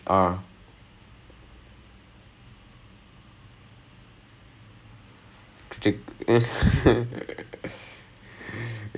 ஆமாம்:aamaam billion dollar company okay வா:vaa they are doing damn well அவங்களை போய் நாங்க வந்து பார்த்து:avangalai poi naanga vanthu paarthu critique பண்ணனும்மா:pannanummaa eh நீங்க இப்படி பண்ணிருக்கலாமேட்டு:ninga ippadi pannirukalaamettu I was like okay